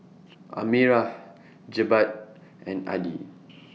Amirah Jebat and Adi